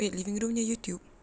wait living room nya YouTube